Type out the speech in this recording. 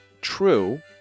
True